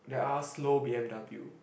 there are slow B_M_W